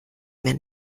mir